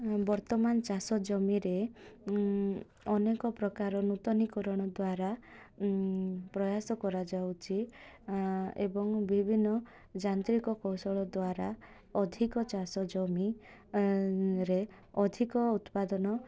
ବର୍ତ୍ତମାନ ଚାଷ ଜମିରେ ଅନେକ ପ୍ରକାର ନୂତନୀକରଣ ଦ୍ୱାରା ପ୍ରୟାସ କରାଯାଉଛି ଏବଂ ବିଭିନ୍ନ ଯାନ୍ତ୍ରିକ କୌଶଳ ଦ୍ୱାରା ଅଧିକ ଚାଷ ଜମିରେ ଅଧିକ ଉତ୍ପାଦନ